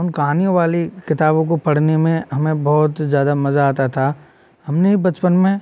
उन कहानियों वाली किताबों को पढ़ने में हमें बहुत ज्यादा मजा आता था हमने बचपन में